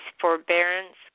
forbearance